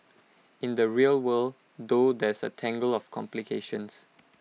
in the real world though there's A tangle of complications